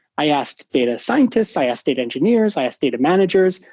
i asked data scientists. i asked data engineers. i asked data managers.